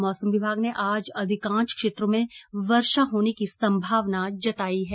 मौसम विभाग ने आज अधिकांश क्षेत्रों में वर्षा होने की संभावना जताई है